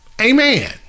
Amen